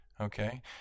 Okay